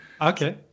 okay